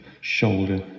shoulder